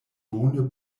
bone